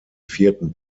vierten